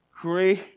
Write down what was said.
Great